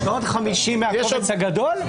ועוד 50 מהקובץ הגדול.